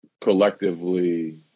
collectively